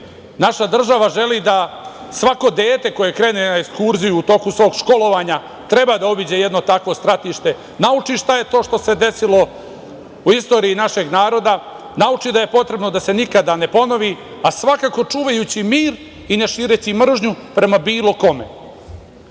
naša država želi da svako dete koje krene na ekskurziju u toku svog školovanja treba da obiđe jedno takvo stratište, nauči šta je to što se desilo u istoriji našeg naroda, nauči da je potrebno da se nikada ne ponovi, a svakako čuvajući mir i ne šireći mržnju prema bilo kome.